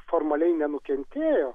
formaliai nenukentėjo